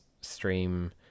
stream